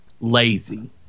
lazy